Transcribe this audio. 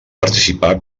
participar